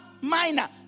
minor